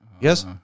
Yes